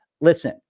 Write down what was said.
Listen